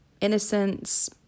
innocence